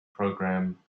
program